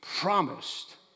promised